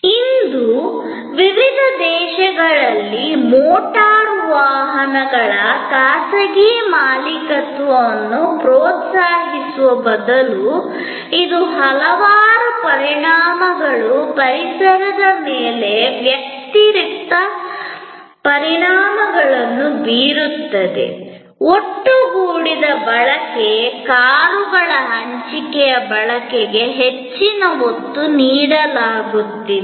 ಇಂದು ವಿವಿಧ ದೇಶಗಳಲ್ಲಿ ಮೋಟಾರು ವಾಹನಗಳ ಖಾಸಗಿ ಮಾಲೀಕತ್ವವನ್ನು ಪ್ರೋತ್ಸಾಹಿಸುವ ಬದಲು ಇದು ಹಲವಾರು ಪರಿಣಾಮಗಳು ಪರಿಸರದ ಮೇಲೆ ವ್ಯತಿರಿಕ್ತ ಪರಿಣಾಮಗಳನ್ನು ಬೀರುತ್ತದೆ ಒಟ್ಟುಗೂಡಿದ ಬಳಕೆ ಕಾರುಗಳ ಹಂಚಿಕೆಯ ಬಳಕೆಗೆ ಹೆಚ್ಚಿನ ಒತ್ತು ನೀಡಲಾಗುತ್ತಿದೆ